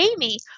Amy